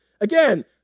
Again